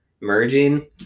merging